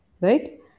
right